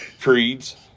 Creed's